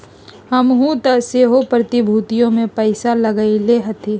हमहुँ तऽ सेहो प्रतिभूतिय में पइसा लगएले हती